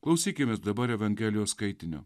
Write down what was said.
klausykimės dabar evangelijos skaitinio